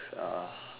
uh